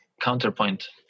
counterpoint